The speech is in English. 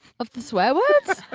of the swear words!